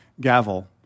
gavel